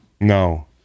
No